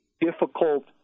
difficult